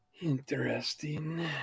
Interesting